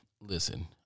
listen